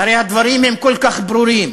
הרי הדברים הם כל כך ברורים,